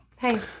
Hey